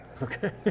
Okay